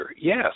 Yes